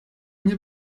nie